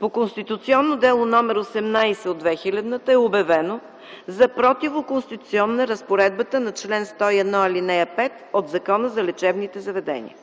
по Конституционно дело № 18 от 2000 г. е обявена за противоконституционна разпоредбата на чл. 101, ал. 5 от Закона за лечебните заведения.